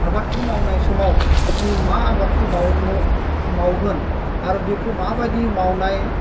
आबादखौ मावनाय समाव जों मा आबादखौ मावनो मावगोन आरो बेखौ माबायदि मावनाय